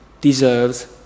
deserves